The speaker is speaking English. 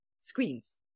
screens